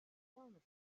illnesses